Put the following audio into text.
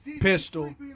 Pistol